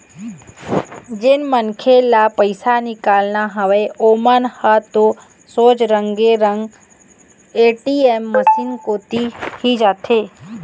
जेन मनखे ल पइसा निकालना हवय ओमन ह तो सोझ रेंगे रेंग ए.टी.एम मसीन कोती ही जाथे